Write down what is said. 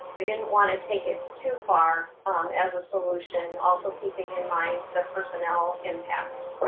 we didn't want to take it too far as a solution, also keeping in mind the personnel impacts.